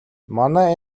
манай